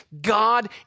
God